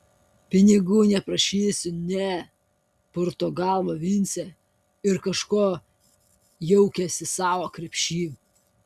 pinigų neprašysiu ne purto galvą vincė ir kažko jaukiasi savo krepšy